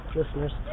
listeners